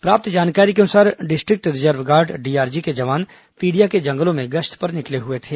प्राप्त जानकारी के अनुसार डिस्ट्रिक्ट रिजर्व गार्ड डीआरजी के जवान पिडिया के जंगलो में गश्त पर निकले हुए थे